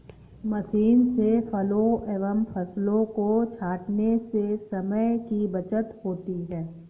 machine से फलों एवं फसलों को छाँटने से समय की बचत होती है